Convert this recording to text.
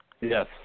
Yes